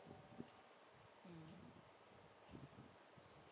mm